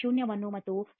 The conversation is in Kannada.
01 ಮತ್ತು 0